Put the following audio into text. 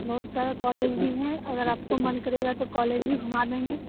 बहुत सारे कॉलेज भी हैं अगर आपका मन करेगा तो कॉलेज भी घुमा देंगे